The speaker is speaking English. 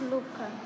Luca